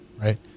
right